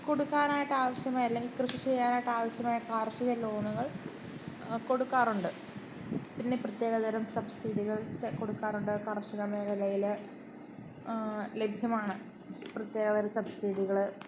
കൊടുക്കാനായിട്ട് ആവശ്യമായ അല്ലെങ്കില് കൃഷി ചെയ്യാനായിട്ടാവശ്യമായ കാർഷിക ലോണുകൾ കൊടുക്കാറുണ്ട് പിന്നെ പ്രത്യേക തരം സബ്സിഡികൾ കൊടുക്കാറുണ്ട് കാർഷിക മേഖലയ്ല് ലഭ്യമാണ് പ്രത്യേക തരം സബ്സിഡികള്